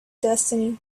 destiny